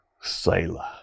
sailor